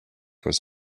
was